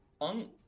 on